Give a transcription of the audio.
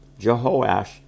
Jehoash